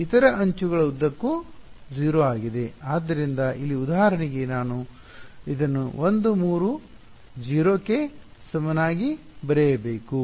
ಆದ್ದರಿಂದ ಇಲ್ಲಿ ಉದಾಹರಣೆಗೆ ನಾನು ಇದನ್ನು 1 3 ವು 0 ಕ್ಕೆ ಸಮನಾಗಿ ಬರೆಯಬೇಕು